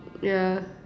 yeah